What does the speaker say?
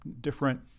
different